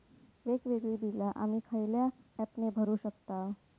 वेगवेगळी बिला आम्ही खयल्या ऍपने भरू शकताव?